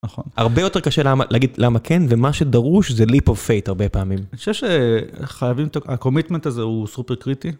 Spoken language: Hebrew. נכון - הרבה יותר קשה להגיד למה כן ומה שדרוש זה leap-of-faith הרבה פעמים. - אני חושב שחייבים את הקומיטמנט הזה הוא סופר קריטי.